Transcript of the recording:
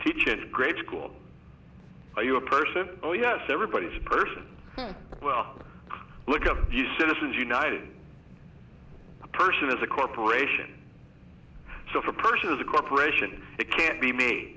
teach in grade school are you a person oh yes everybody is person well look at the citizens united person is a corporation so if a person is a corporation it can't be me